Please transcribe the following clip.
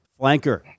flanker